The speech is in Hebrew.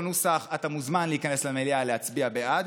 נוסח: אתה מוזמן להיכנס למליאה ולהצביע בעד.